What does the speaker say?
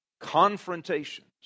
confrontations